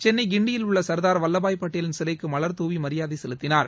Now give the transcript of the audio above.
சென்னை கிண்டியில் உள்ள சர்தார் வல்லபாய் பட்டேலின் சிலைக்கு மலர் தூவி மரியாதை செலுத்தினார்